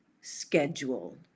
schedule